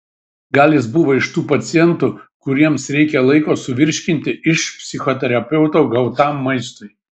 gal jis buvo iš tų pacientų kuriems reikia laiko suvirškinti iš psichoterapeuto gautam maistui